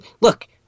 look